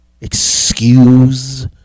excuse